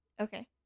Okay